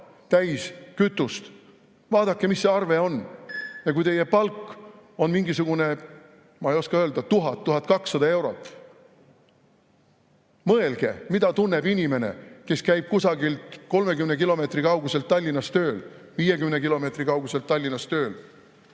täis kütust ja vaadake, mis see arve on. Kui teie palk on mingisugune, ma ei oska öelda, 1000 või 1200 eurot? Mõelge, mida tunneb inimene, kes käib kusagilt 30 kilomeetri kauguselt Tallinnas tööl, 50 kilomeetri kauguselt Tallinnas tööl.